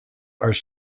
are